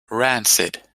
rancid